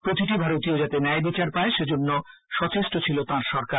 প্রতিটি ভারতীয় যাতে ন্যায়বিচার পায় সেজন্য সচেষ্ট ছিল তাঁর সরকার